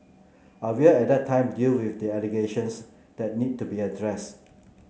I will at that time deal with the allegations that need to be addressed